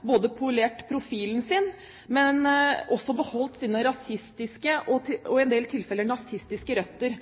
både polert profilen sin og også beholdt sine rasistiske og i en del tilfeller nazistiske røtter.